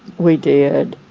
we did